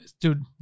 Dude